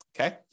okay